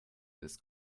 das